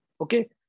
Okay